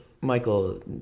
Michael